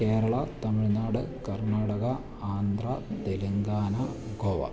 Kerala Tamil Nadu Karnataka Andhra Telangana Goa